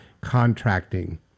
Contracting